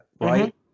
right